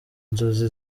inzozi